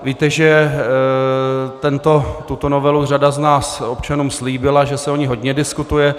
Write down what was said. Víte, že tuto novelu řada z nás občanům slíbila, že se o ní hodně diskutuje.